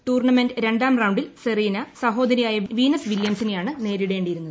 tournament രണ്ടാം റൌണ്ടിൽ Serena സഹോദരിയായ വീനസ് വില്യംസിനെയാണ് നേരിടേണ്ടിയിരുന്നത്